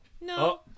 No